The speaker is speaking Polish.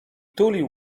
tulił